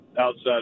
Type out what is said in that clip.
outside